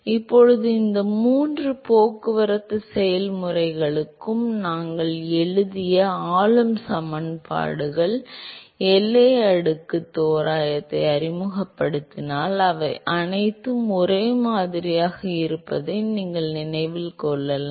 இப்போது இந்த மூன்று போக்குவரத்து செயல்முறைகளுக்கும் நாங்கள் எழுதிய ஆளும் சமன்பாடுகள் எல்லை அடுக்கு தோராயத்தை அறிமுகப்படுத்தினால் அவை அனைத்தும் ஒரே மாதிரியாக இருப்பதை நீங்கள் நினைவில் கொள்ளலாம்